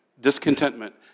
Discontentment